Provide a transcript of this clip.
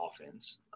offense